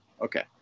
Okay